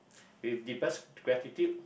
with deepest gratitude